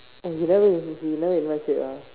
oh he never he never invite straight ah